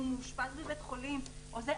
אם הוא מאושפז בבית חולים וכדומה,